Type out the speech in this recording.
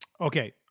Okay